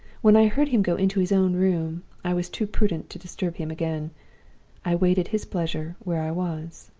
when i heard him go into his own room, i was too prudent to disturb him again i waited his pleasure where i was.